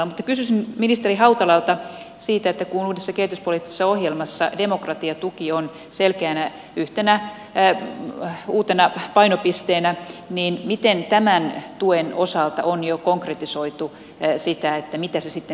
mutta kysyisin ministeri hautalalta siitä että kun uudessa kehityspoliittisessa ohjelmassa demokratiatuki on selkeänä yhtenä uutena painopisteenä niin miten tämän tuen osalta on jo konkretisoitu sitä mitä se sitten ihan käytännössä tarkoittaa